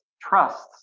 trusts